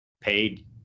paid